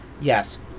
yes